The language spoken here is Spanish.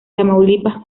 tamaulipas